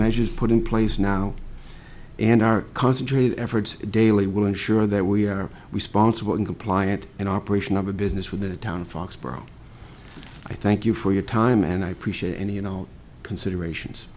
measures put in place now and are concentrated efforts daily will ensure that we are responsible and compliant in operation of a business with the town foxborough i thank you for your time and i appreciate any and all considerations